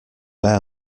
bear